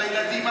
על ילדים,